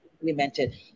implemented